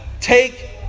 take